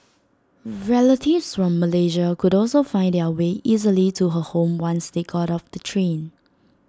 relatives from Malaysia could also find their way easily to her home once they got off the train